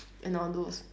and all those